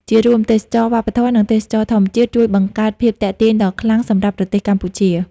ជារួម ទេសចរណ៍វប្បធម៌ និងទេសចរណ៍ធម្មជាតិជួយបង្កើតភាពទាក់ទាញដ៏ខ្លាំងសម្រាប់ប្រទេសកម្ពុជា។